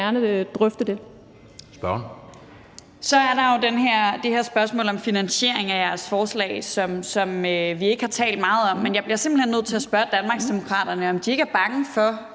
Så er der det her spørgsmål om finansiering af jeres forslag, som vi ikke har talt meget om, men jeg bliver simpelt hen nødt til at spørge Danmarksdemokraterne, om de ikke er bange for,